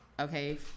okay